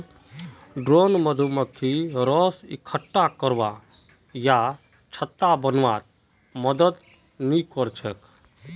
drone मधुमक्खी रस इक्कठा करवा या छत्ता बनव्वात मदद नइ कर छेक